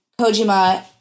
Kojima